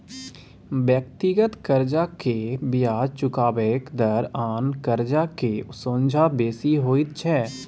व्यक्तिगत कर्जा के बियाज चुकेबाक दर आन कर्जा के सोंझा बेसी होइत छै